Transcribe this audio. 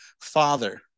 father